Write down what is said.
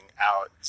out